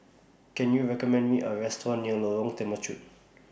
Can YOU recommend Me A Restaurant near Lorong Temechut